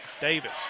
Davis